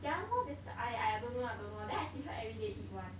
ya lor this I !aiya! I don't know I don't know then I see her everyday eat [one]